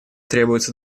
требуются